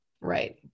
Right